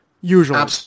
Usually